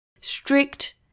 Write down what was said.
strict